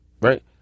right